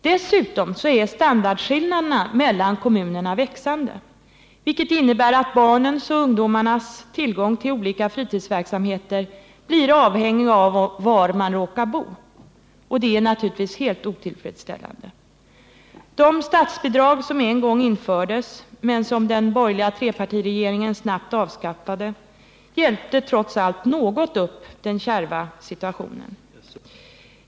Dessutom är standardskillnaderna mellan kommunerna växande, vilket innebär att barnens och ungdomarnas tillgång till olika fritidsverksamheter blir avhängig av var man råkar bo, och det är naturligtvis helt otillfredsställande. Det statsbidrag som en gång infördes men som den borgerliga trepartiregeringen snabbt avskaffade hjälpte trots allt något upp den kärva situationen.